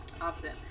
Opposite